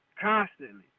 constantly